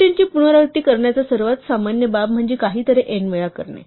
गोष्टींची पुनरावृत्ती करण्याची सर्वात सामान्य बाब म्हणजे काहीतरी n वेळा करणे